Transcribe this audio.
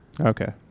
Okay